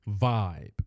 vibe